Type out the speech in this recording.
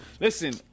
Listen